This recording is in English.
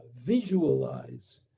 visualize